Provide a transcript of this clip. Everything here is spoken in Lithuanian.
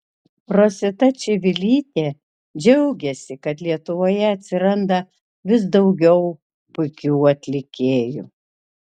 rosita čivilytė džiaugėsi kad lietuvoje atsiranda vis daugiau puikių atlikėjų